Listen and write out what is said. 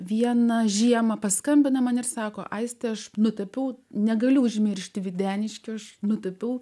vieną žiemą paskambina man ir sako aistė aš nutapiau negaliu užmiršti videniškių aš nutapiau